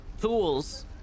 tools